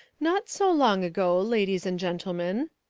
not so long ago, ladies and gentlemen,